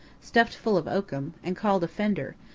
stuffed full of oakum, and called a fender,